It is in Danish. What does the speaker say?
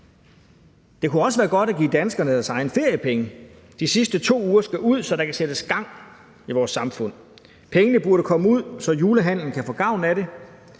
Det kunne også være godt at give danskerne deres egne feriepenge. De sidste 2 ugers feriepenge skal ud, så der kan sættes gang i vores samfund. Pengene burde komme ud, så julehandelen kan få gavn af dem.